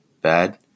bad